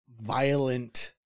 violent